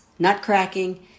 Nutcracking